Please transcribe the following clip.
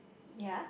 ya